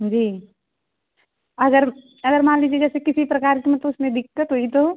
जी अगर अगर मान लीजिए जैसे किसी प्रकार की मतलब उसमें दिक्कत हुई तो